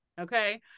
Okay